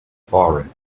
firing